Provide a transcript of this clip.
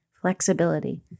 flexibility